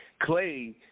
Clay